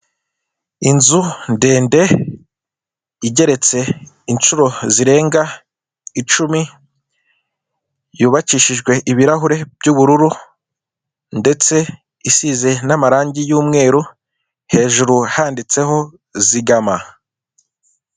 Inzu ndende igeretse inshuro zirenga icumi yubakishijwe ibirahure by'ubururu ndetse isize namarange y'umweru hejuru handitseho zigama.